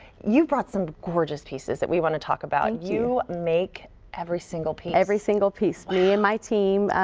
you brought some great pieces that we want to talk about. you make every single piece? every single piece, me and my team.